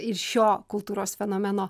ir šio kultūros fenomeno